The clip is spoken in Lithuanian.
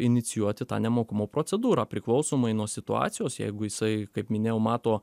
inicijuoti tą nemokumo procedūrą priklausomai nuo situacijos jeigu jisai kaip minėjau mato